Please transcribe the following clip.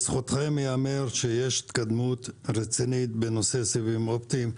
לזכותכם ייאמר שיש התקדמות רצינית בנושא סיבים אופטיים.